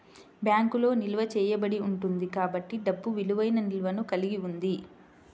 బ్యాంకులో నిల్వ చేయబడి ఉంటుంది కాబట్టి డబ్బు విలువైన నిల్వను కలిగి ఉంది